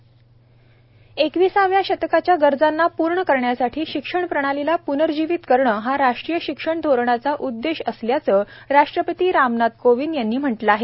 रामनाथ कोविंद एकविसाव्या शतकाच्या गरजांना पूर्ण करण्यासाठी शिक्षण प्रणालीला प्नर्जिवित करणं हा राष्ट्रीय शिक्षण धोरणाचा उद्देश असल्याचं राष्ट्रपती रामनाथ कोविंद यांनी म्हटलं आहे